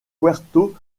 puerto